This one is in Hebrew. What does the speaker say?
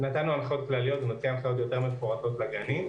נתנו הנחיות כלליות ונוציא הנחיות יותר מפורטות לגנים: